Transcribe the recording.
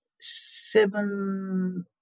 seven